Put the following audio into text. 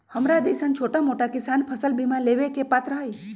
हमरा जैईसन छोटा मोटा किसान फसल बीमा लेबे के पात्र हई?